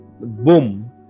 Boom